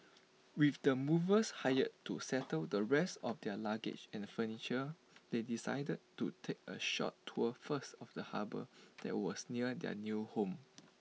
with the movers hired to settle the rest of their luggage and furniture they decided to take A short tour first of the harbour that was near their new home